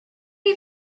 imi